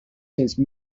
since